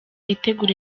itegura